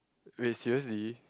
wait seriously